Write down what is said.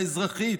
האזרחית,